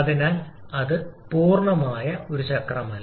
അതിനാൽ അത് പൂർണ്ണമായ ഒരു ചക്രമല്ല